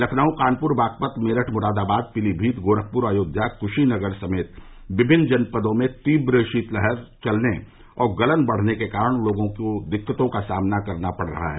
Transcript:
लखनऊ कानपुर बागपत मेरठ मुरादाबाद पीलीभीत गोरखपुर अयोध्या कुशीनगर समेत विभिन्न जनपदों में तीव्र शीतलहर चलने और गलन बढ़ने के कारण लोगों की दिक्कतों का सामना करना पड़ रहा है